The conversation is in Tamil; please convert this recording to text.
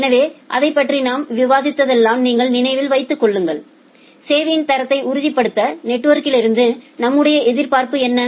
எனவே அதைப் பற்றி நாம் விவாதித்த தெல்லாம் நீங்கள் நினைவில் வைத்துக்கொள்ளுங்கள் சேவையின் தரத்தை உறுதிப்படுத்த நெட்வொர்க்லிருந்து நம்முடைய எதிர்பார்ப்பு என்ன